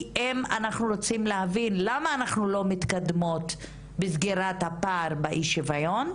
כי אם אנחנו רוצים להבין למה אנחנו לא מתקדמות בסגירת הפער בשוויון,